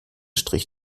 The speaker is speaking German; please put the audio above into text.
strich